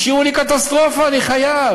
השאירו לי קטסטרופה, אני חייב.